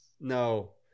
No